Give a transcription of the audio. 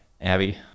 abby